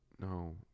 No